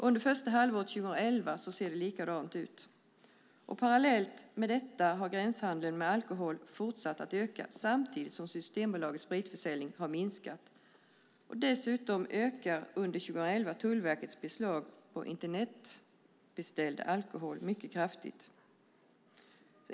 Under första halvåret 2011 ser det likadant ut. Parallellt med detta har gränshandeln med alkohol fortsatt att öka samtidigt som Systembolagets spritförsäljning har minskat. Dessutom ökade under 2011 Tullverkets beslag på internetbeställd alkohol mycket kraftigt.